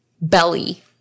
belly